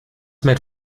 made